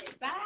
Bye